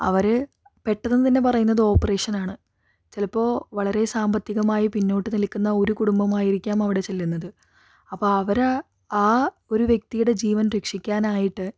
അവര് പെട്ടന്ന് തന്നെ പറയുന്നത് ഓപ്പറേഷനാണ് ചിലപ്പോൾ വളരെ സാമ്പത്തികമായി പിന്നോട്ട് നിൽക്കുന്ന ഒരു കുടുംബമായിരിക്കാം അവിടെ ചെല്ലുന്നത് അപ്പം അവര് ആ ഒരു വ്യക്തിയുടെ ജീവൻ രക്ഷിക്കാനായിട്ട്